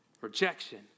rejection